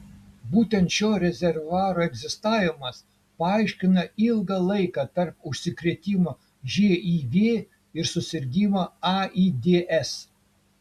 būtent šio rezervuaro egzistavimas paaiškina ilgą laiką tarp užsikrėtimo živ ir susirgimo aids